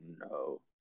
no